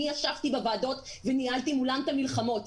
אני ישבתי בוועדות וניהלתי מולם את המלחמות.